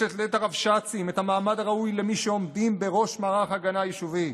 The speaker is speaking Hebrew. יש לתת לרבש"צים את המעמד הראוי למי שעומדים בראש מערך הגנה היישובי.